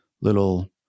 little